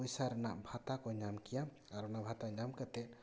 ᱯᱚᱭᱥᱟ ᱨᱮᱱᱟᱜ ᱵᱷᱟᱛᱟ ᱠᱚ ᱧᱟᱢ ᱠᱮᱭᱟ ᱟᱨ ᱚᱱᱟ ᱵᱷᱟᱛᱟ ᱧᱟᱢ ᱠᱟᱛᱮ